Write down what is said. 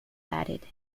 added